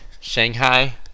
Shanghai